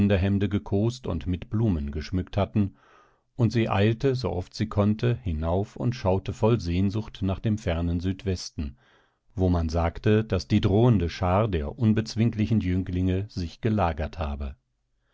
gekost und mit blumen geschmückt hatten und sie eilte sooft sie konnte hinauf und schaute voll sehnsucht nach dem fernen südwesten wo man sagte daß die drohende schar der unbezwinglichen jünglinge sich gelagert habe